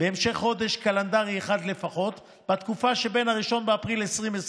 במשך חודש קלנדרי אחד לפחות בתקופה שמ-1 באפריל 2020